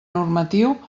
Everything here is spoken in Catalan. normatiu